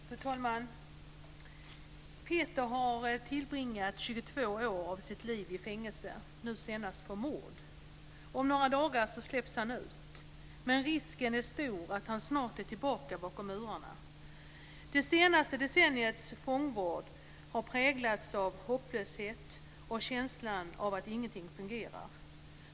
Fru talman! "Peter har tillbringat tjugotvå år av sitt liv i fängelse, nu senast för mord. Om några dagar släpps han ut. Men risken är stor att han snart är tillbaka bakom murarna. Det senaste decenniets fångvård har präglats av hopplöshet och känslan av att ingenting fungerar.